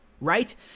right